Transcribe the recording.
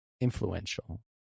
influential